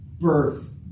birth